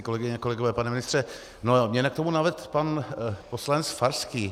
Kolegyně, kolegové, pane ministře, mě k tomu navedl pan poslanec Farský.